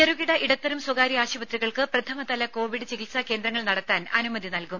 ചെറുകിട ഇടത്തരം സ്വകാര്യ ആശുപത്രികൾക്ക് പ്രഥമതല കോവിഡ് ചികിത്സാ കേന്ദ്രങ്ങൾ നടത്താൻ അനുമതി നൽകും